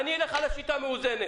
אני אלך על השיטה המאוזנת.